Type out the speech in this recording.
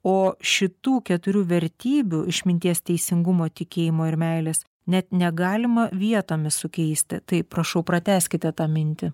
o šitų keturių vertybių išminties teisingumo tikėjimo ir meilės net negalima vietomis sukeisti taip prašau pratęskite tą mintį